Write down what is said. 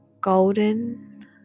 golden